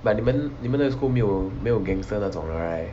but 你们的你们的 school 有没有 gangster 那种的 right